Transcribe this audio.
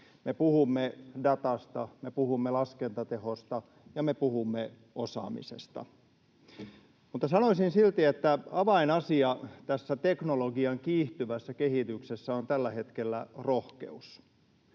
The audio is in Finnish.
me puhumme datasta, me puhumme laskentatehosta ja me puhumme osaamisesta. Mutta sanoisin silti, että avainasia tässä teknologian kiihtyvässä kehityksessä on tällä hetkellä rohkeus.